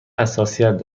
حساسیت